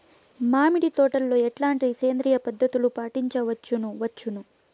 మామిడి తోటలో ఎట్లాంటి సేంద్రియ పద్ధతులు పాటించవచ్చును వచ్చును?